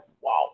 wow